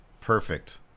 Perfect